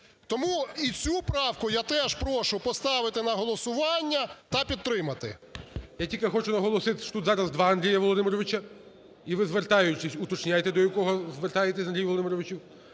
Тому і цю правку я теж прошу поставити на голосування та підтримати. ГОЛОВУЮЧИЙ. Я тільки хочу наголосити, що тут зараз два Андрія Володимировича, і ви, звертаючись, уточняйте, до якого звертаєтеся Андрія Володимировича.